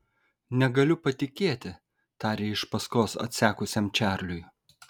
negaliu patikėti tarė iš paskos atsekusiam čarliui